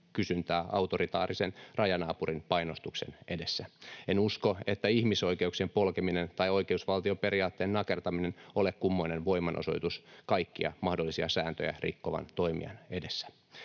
kysyntää autoritaarisen rajanaapurin painostuksen edessä. En usko, että ihmisoikeuksien polkeminen tai oikeusvaltioperiaatteen nakertaminen on kummoinen voimanosoitus kaikkia mahdollisia sääntöjä rikkovan toimijan edessä,